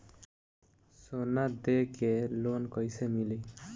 सोना दे के लोन कैसे मिली?